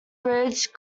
bridge